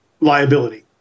liability